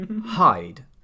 hide